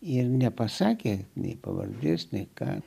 ir nepasakė nei pavardės nei ką